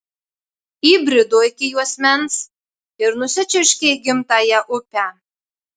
įbrido iki juosmens ir nusičiurškė į gimtąją upę